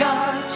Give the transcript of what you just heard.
God